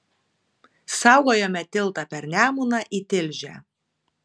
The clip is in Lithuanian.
saugojome tiltą per nemuną į tilžę